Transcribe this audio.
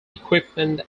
equipment